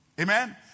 Amen